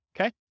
okay